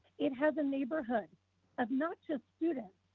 it has a neighborhood of not just students,